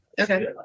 Okay